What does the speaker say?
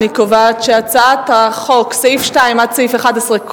אני קובעת שסעיפים 2 11,